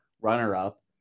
runner-up